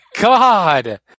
god